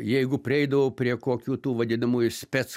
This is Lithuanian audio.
jeigu prieidavau prie kokių tų vadinamųjų spec